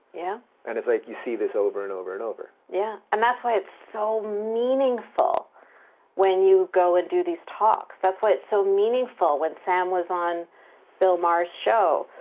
yeah and it's, like, you see this over, and over, and over. yeah, and that's why it's so meaningful when you go and do these talks. that's why it's so meaningful when sam was on bill maher's show.